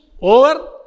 over